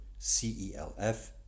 CELF